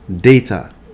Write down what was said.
data